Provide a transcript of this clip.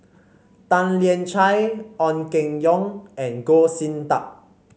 Tan Lian Chye Ong Keng Yong and Goh Sin Tub